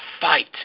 fight